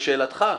לשאלתך,